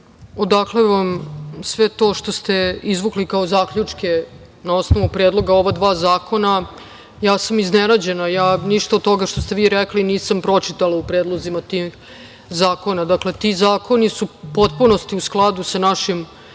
odakle vam sve to što ste izvukli kao zaključke na osnovu predloga ova dva zakona. Ja sam iznenađena, ništa od toga što ste vi rekli nisam pročitala u predlozima tih zakona. Ti zakoni su u potpunosti u skladu sa našim